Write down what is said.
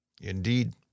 Indeed